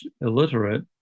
illiterate